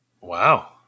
Wow